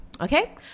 Okay